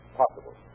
possible